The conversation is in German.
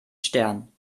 sternen